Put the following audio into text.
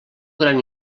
gran